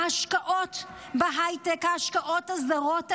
ההשקעות בהייטק, ההשקעות הזרות האלה,